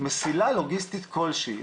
מסילה לוגיסטית כלשהיא.